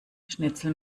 schnitzel